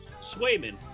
Swayman